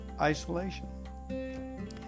isolation